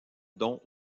dont